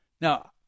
Now